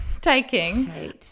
taking